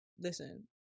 listen